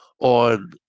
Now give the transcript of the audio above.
on